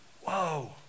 Whoa